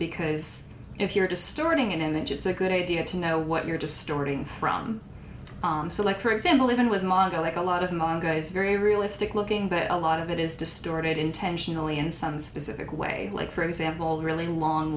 because if you're distorting it in that it's a good idea to know what you're distorting from so like for example even with a model like a lot of very realistic looking but a lot of it is distorted intentionally and some specific way like for example really long